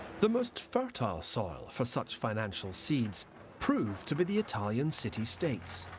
the most fertile soil for such financial seeds proved to be the ltalian city states.